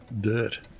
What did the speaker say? dirt